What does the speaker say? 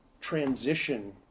transition